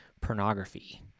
Pornography